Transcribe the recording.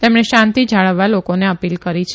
તેમણે શાંતી જાળવવા લોકોને અપીલ કરી છે